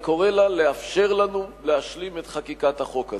אני קורא לה לאפשר לנו להשלים את חקיקת החוק הזה.